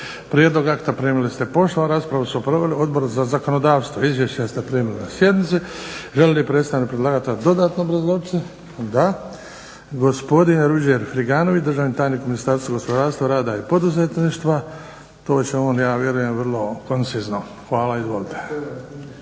Prijedlog akta primili ste poštom. Raspravu su proveli Odbor za zakonodavstvo. Izvješća ste primili na sjednici. Želi li predstavnik predlagatelja dodatno obrazložiti? Da. Gospodin Ruđer Friganović, državni tajnik u Ministarstvu gospodarstva, rada i poduzetništva. To će on ja vjerujem vrlo koncizno. Hvala. Izvolite.